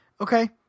okay